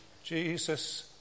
Jesus